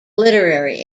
literary